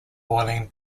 boiling